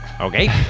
Okay